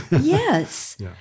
Yes